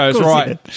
right